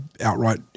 outright